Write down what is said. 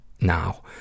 now